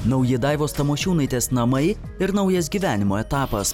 nauji daivos tamošiūnaitės namai ir naujas gyvenimo etapas